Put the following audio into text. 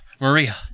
Maria